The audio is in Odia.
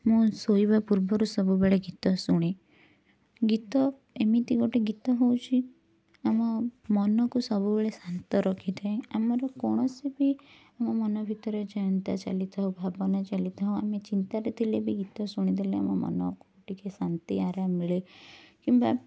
ମୁଁ ଶୋଇବା ପୂର୍ବରୁ ସବୁବେଳେ ଗୀତ ଶୁଣେ ଗୀତ ଏମିତି ଗୋଟେ ଗୀତ ହଉଛି ଆମ ମନକୁ ସବୁବେଳେ ଶାନ୍ତ ରଖିଥାଏ ଆମର କୌଣସି ବି ମୋ ମନ ଭିତରେ ଯେନ୍ତା ଚାଲିଥାଉ ଭାବନା ଚାଲିଥାଉ ଆମେ ଚିନ୍ତାରେ ଥିଲେ ବି ଗୀତ ଶୁଣିଦେଲେ ଆମ ମନକୁ ଟିକେ ଶାନ୍ତି ଆରାମ ମିଳେ କିମ୍ବା